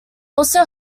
also